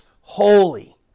holy